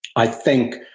i think,